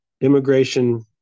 immigration